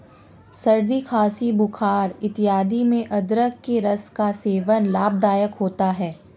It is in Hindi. सर्दी खांसी बुखार इत्यादि में अदरक के रस का सेवन लाभदायक होता है